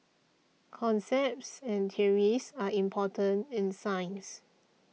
concepts and theories are important in science